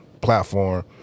platform